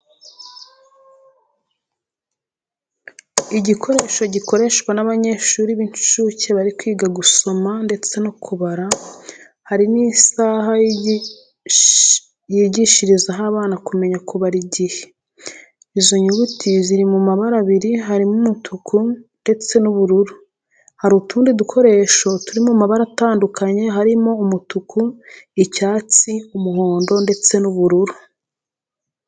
Igikoresho gikoreshwa n'abanyeshuri b'incuke bari kwiga gusoma, ndetse no kubara, hari n'isaha yigishirizaho abana kumenya kubara igihe, izo nyuguti ziri mu mabara abiri harimo umutuku, ndetse n'ubururu. Hari utundi dukoresho turi mu mabara atandukanye harimo umutuku, icyatsi, umuhondo, ndetse n'ubururu.